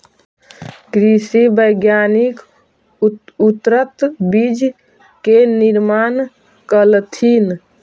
कृषि वैज्ञानिक उन्नत बीज के निर्माण कलथिन